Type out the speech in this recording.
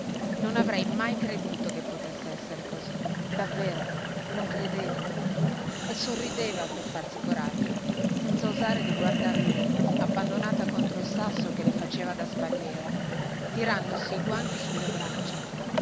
non avrei mai creduto che potesse essere così davvero non credevo e sorrideva per farsi coraggio senza osare di guardar lui abbandonata contro il sasso che le faceva da spalliera tirandosi i guanti sulle braccia